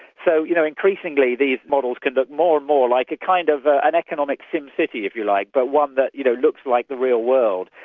so you know increasingly, these models can look more and more like a kind of an economic sim city, if you like, but one that you know looks like the real world.